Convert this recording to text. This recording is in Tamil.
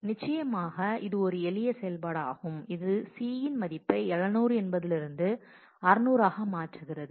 நிச்சயமாக இது ஒரு எளிய செயல்பாடாகும் இது C இன் மதிப்பை 700 என்பதில் இருந்து 600 ஆக மாற்றுகிறது